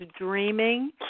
dreaming